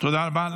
תודה רבה.